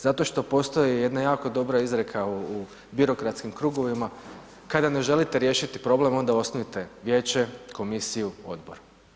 Zato što postoji jedna jako dobra izreka u birokratskim krugovima, kada ne želite riješiti problem, onda osnujte vijeće, komisiju, odbor.